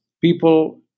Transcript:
people